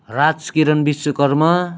Raj Kiran Vishwakarma